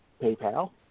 PayPal